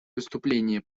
выступления